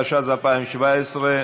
התשע"ז 2017,